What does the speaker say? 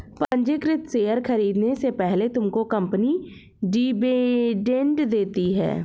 पंजीकृत शेयर खरीदने से पहले तुमको कंपनी डिविडेंड देती है